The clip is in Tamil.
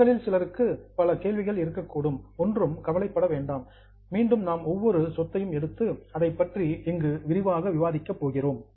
உங்களில் சிலருக்கு பல கொரீஸ் கேள்விகள் இருக்கக்கூடும் ஒன்றும் கவலைப்பட வேண்டாம் மீண்டும் நாம் ஒவ்வொரு சொத்தையும் எடுத்து அதைப் பற்றி இங்கு விரிவாக விவாதிக்கப் போகிறோம்